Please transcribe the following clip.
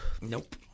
Nope